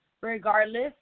regardless